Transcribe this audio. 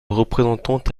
représentante